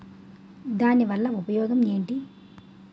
దాని వల్ల ఉపయోగం ఎంటి?